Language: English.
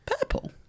Purple